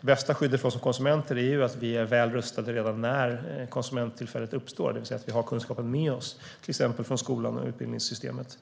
Bästa skyddet för oss konsumenter är att vi är väl rustade redan när konsumenttillfället uppstår, det vill säga att vi har kunskapen med oss från till exempel skolan och utbildningssystemet.